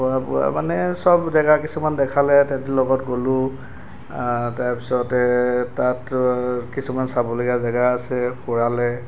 খোৱা বোৱা মানে চব জেগা কিছুমান দেখালে তাহাঁতি লগত গ'লো তাৰপিছতে তাত কিছুমান চাবলগীয়া জেগা আছে ফুৰালে